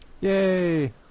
Yay